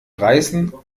reißen